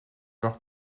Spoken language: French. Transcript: leur